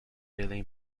billy